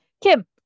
Kim